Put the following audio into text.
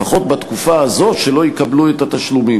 לפחות בתקופה הזו שלא יקבלו את התשלום,